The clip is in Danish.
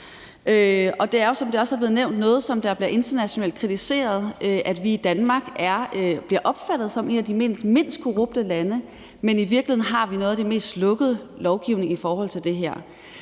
Det er jo, som det også er blevet nævnt, noget, der bliver kritiseret internationalt. Danmark bliver opfattet som et af mindst korrupte lande, men i virkeligheden har vi noget af den mest lukkede lovgivning i forhold til det her.